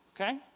okay